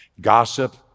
Gossip